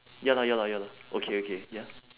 ya lah ya lah ya lah okay okay ya